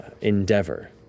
endeavor